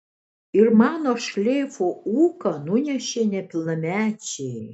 ir mano šleifo ūką nunešė nepilnamečiai